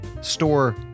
Store